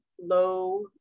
low